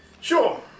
Sure